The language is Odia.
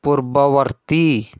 ପୂର୍ବବର୍ତ୍ତୀ